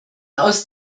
aus